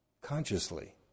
consciously